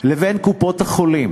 לבין קופות-החולים